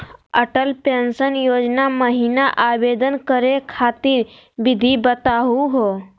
Atal pension योजना महिना आवेदन करै खातिर विधि बताहु हो?